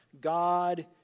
God